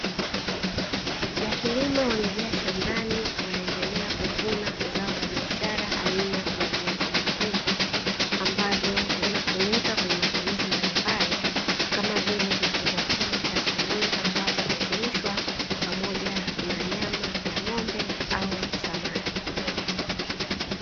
Wakulima wamejaa shambani wanaendelea kuvuna zao la biashara aina ya viazi mviringo ambavyo vinatumika kwenye matumizi mbalimbali kama vile kifungua kinywa cha asubuhi ambapo huchemshwa pamoja na nyama ya ng’ombe au samaki.